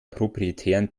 proprietären